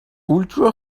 ultra